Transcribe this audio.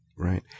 Right